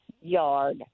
yard